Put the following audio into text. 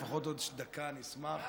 לפחות עוד דקה, אני אשמח.